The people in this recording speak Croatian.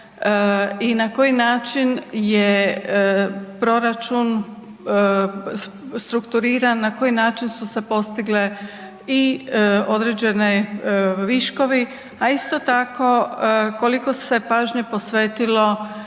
i na koji način je proračun strukturiran, na koji način su se postigle i određene viškovi, a isto tako koliko se pažnje posvetilo